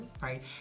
right